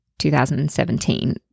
2017